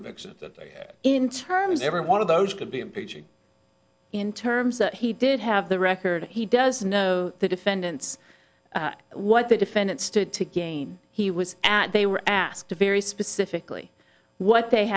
convictions that in terms every one of those could be impeaching in terms that he did have the record he does know the defendants what the defendant stood to gain he was at they were asked to very specifically what they